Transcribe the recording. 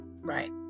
right